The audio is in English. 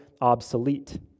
obsolete